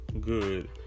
good